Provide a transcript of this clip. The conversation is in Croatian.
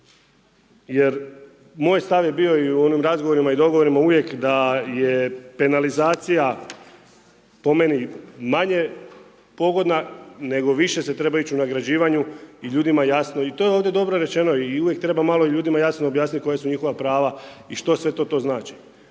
jer moj je stav bio i u onim razgovorima i dogovorima uvijek da je penalizacija po meni manje pogodna nego više se treba ić u nagrađivanju i ljudima je jasno i to je ovdje dobro rečeno i uvijek treba malo jasnije objasniti koja su njihova prava i što sve to to znači